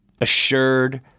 assured